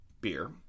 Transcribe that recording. beer